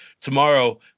Tomorrow